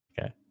Okay